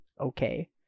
okay